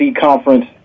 conference